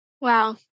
Wow